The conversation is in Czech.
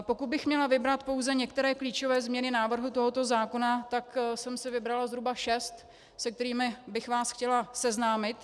Pokud bych měla vybrat pouze některé klíčové změny návrhu tohoto zákona, tak jsem si vybrala zhruba šest, se kterými bych vás chtěla seznámit.